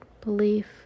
belief